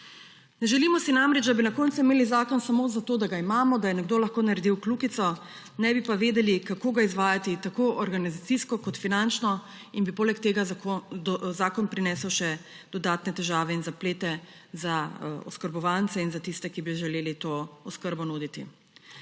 Ne želimo si namreč, da bi na koncu imeli zakon samo zato, da ga imamo, da je nekdo lahko naredil kljukico, ne bi pa vedeli, kako ga izvajati, tako organizacijsko kot finančno, in bi poleg tega zakon prinesel še dodatne težave in zaplete za oskrbovance in za tiste, ki bi želeli to oskrbo nuditi.